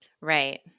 Right